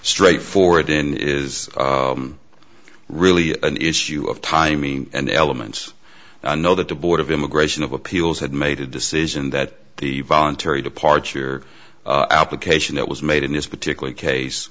straightforward in is really an issue of timing and elements and i know that the board of immigration of appeals had made a decision that the voluntary departure application that was made in this particular case